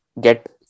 get